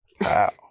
Wow